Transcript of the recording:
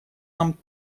нам